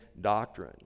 doctrine